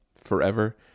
forever